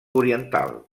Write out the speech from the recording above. oriental